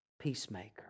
peacemaker